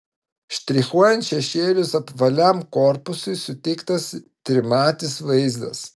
štrichuojant šešėlius apvaliam korpusui suteiktas trimatis vaizdas